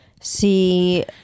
See